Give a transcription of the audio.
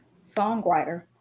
songwriter